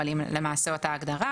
אבל למעשה היא אותה הגדרה,